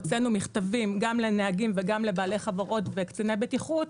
הוצאנו מכתבים לנהגים, בעלי חברות וקציני בטיחות,